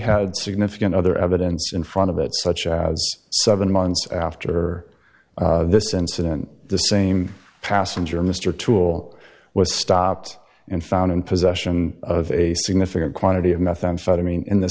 had significant other evidence in front of it such as seven months after this incident the same passenger mr tool was stopped and found in possession of a significant quantity of methamphetamine in the